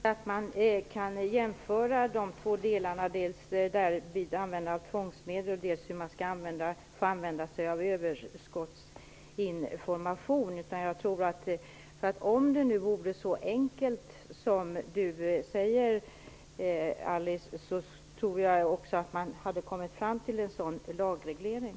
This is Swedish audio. Fru talman! Jag tror inte att man kan jämföra de två delarna, dvs. användande av tvångsmedel och användande av överskottsinformation. Om det vore så enkelt som Alice Åström säger tror jag att man hade kommit fram till en sådan lagreglering.